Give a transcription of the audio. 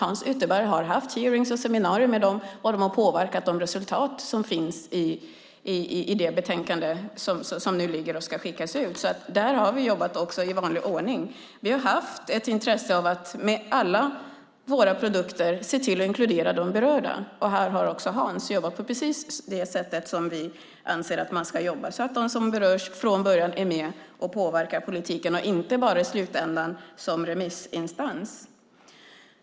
Hans Ytterberg har haft hearings och seminarier med handikapprörelsen, och den har påverkat de resultat som finns i det betänkande som ska skickas ut. Vi har alltså följt vår vanliga ordning att i alla våra produkter inkludera de berörda. Hans Ytterberg har här jobbat på precis det sätt vi tycker att man ska jobba så att de som berörs är med från början och påverkar politiken och inte bara är med i slutändan som remissinstans.